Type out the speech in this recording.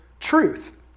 truth